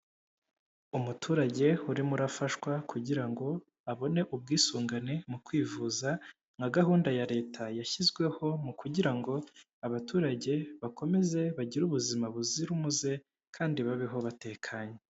Umuturage urimo urafashwa kugira ngo abone ubwisungane mu kwivuza nka gahunda ya leta yashyizweho mu kugira ngo abaturage bakomeze bagire ubuzima buzira umuze kandi babeho batekanye.